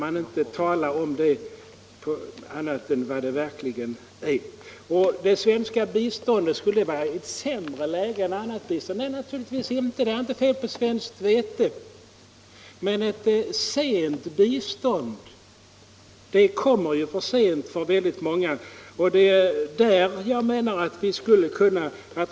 Skulle det svenska biståndet befinna sig i ett sämre läge än andra länders bistånd, frågar herr Bergqvist. Nej, naturligtvis inte. Det är inget fel på svenskt vete. Men ett sent bistånd kommer alltid olägligt för många.